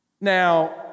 Now